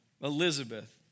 Elizabeth